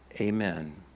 Amen